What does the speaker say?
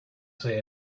say